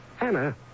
Anna